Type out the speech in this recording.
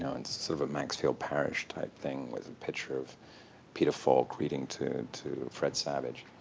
and it's sort of a maxfield parrish type thing, with a picture of peter falk reading to to fred savage.